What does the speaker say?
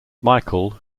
michael